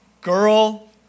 Girl